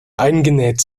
eingenäht